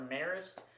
Marist